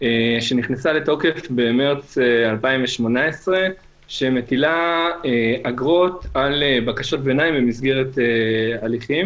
שנכנסה לתוקף במרץ 2018 ומטילה אגרות על בקשות ביניים במסגרת הליכים